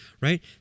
right